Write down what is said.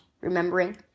remembering